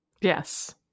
yes